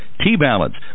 T-Balance